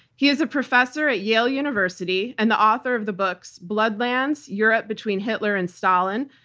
he is a professor at yale university and the author of the books, bloodlands europe between hitler and stalin,